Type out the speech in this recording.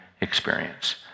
experience